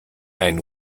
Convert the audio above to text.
ein